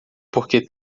porque